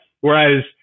Whereas